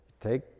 Take